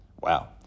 Wow